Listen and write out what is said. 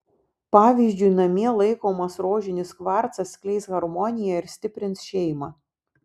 pavyzdžiui namie laikomas rožinis kvarcas skleis harmoniją ir stiprins šeimą